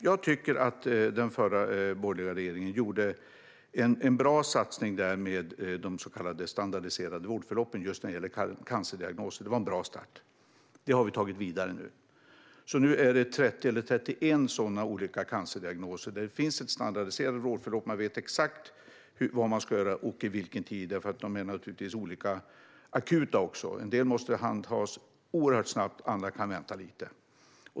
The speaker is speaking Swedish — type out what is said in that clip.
Jag tycker att den förra borgerliga regeringen gjorde en bra satsning med de så kallade standardiserade vårdförloppen just när det gäller cancerdiagnoser. Det var en bra start, och det har vi tagit vidare nu. Nu finns det ett standardiserat vårdförlopp för 30 eller 31 olika cancerdiagnoser. Man vet exakt vad man ska göra och i vilken tid - för de är olika akuta också; en del måste handhas oerhört snabbt medan andra kan vänta lite.